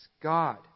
God